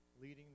leading